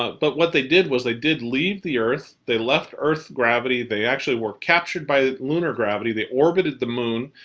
ah but what they did was they did leave the earth, they left earth's gravity, they actually were captured by lunar gravity, they orbited the moon,